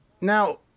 Now